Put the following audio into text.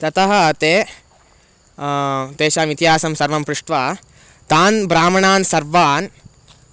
ततः ते तेषाम् इतिहासं सर्वं पृष्ट्वा तान् ब्राह्मणान् सर्वान्